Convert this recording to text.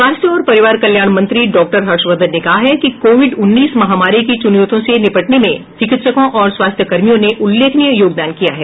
स्वास्थ्य और परिवार कल्याण मंत्री डॉक्टर हर्षवर्धन ने कहा है कि कोविड उन्नीस की चुनौतियों से निपटने में चिकित्सकों और स्वास्थ्यकर्मियों ने उल्लेखनीय योगदान किया है